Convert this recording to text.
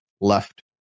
left